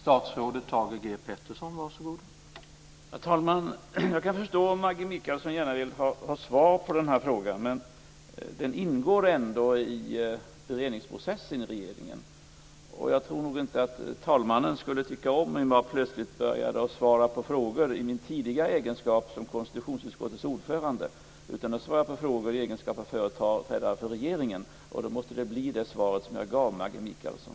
Herr talman! Jag kan förstå om Maggi Mikaelsson gärna vill ha svar på den här frågan, men den ingår ändå i beredningsprocessen i regeringen. Jag tror nog inte att talmannen skulle tycka om ifall jag plötsligt började att svara på frågor i min tidigare egenskap som konstitutionsutskottets ordförande. Nu svarar jag på frågor i egenskap av företrädare för regeringen, och då måste svaret bli det som jag gav Maggi Mikaelsson.